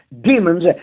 demons